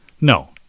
No